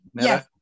Yes